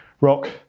rock